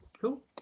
Cool